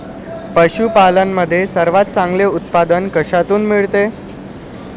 पशूपालन मध्ये सर्वात चांगले उत्पादन कशातून मिळते?